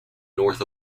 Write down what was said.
north